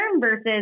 versus